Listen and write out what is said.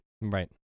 Right